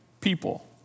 people